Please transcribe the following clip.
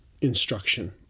instruction